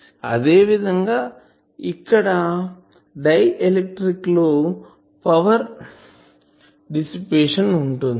అదే విధం గా అక్కడ డైఎలక్ట్రిక్ లో పవర్ డిసిపేషన్ ఉంటుంది